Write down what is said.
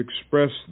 express